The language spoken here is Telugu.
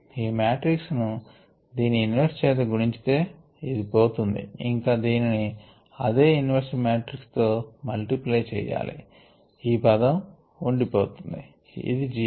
ఈ మాట్రిక్స్ ను దీని ఇన్వర్స్ చేత గుణించితే ఇది పోతుంది ఇంకా దీనిని అదే ఇన్వర్స్ మాట్రిక్స్ తో ప్రి మల్టిప్లై చెయ్యాలి ఈ పదం ఉంది పోతుంది ఇది జీరో